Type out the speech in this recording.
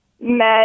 met